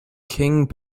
king